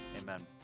amen